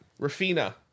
Rafina